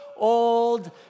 Old